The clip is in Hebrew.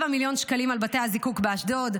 7 מיליון שקלים על בתי הזיקוק באשדוד,